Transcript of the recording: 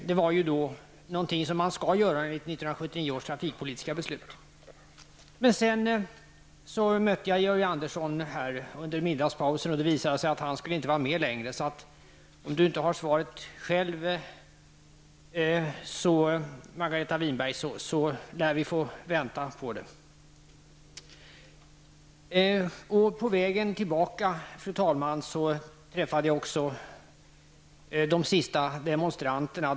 Det var något som skulle göras enligt 1979 års trafikpolitiska beslut. Jag mötte sedan Georg Andersson under middagspausen. Det visade sig att han inte skulle vara med längre. Om Margareta Winberg inte har svaret själv, lär vi få vänta på det. Fru talman! På vägen tillbaka till kammaren träffade jag de sista demonstranterna.